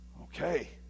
Okay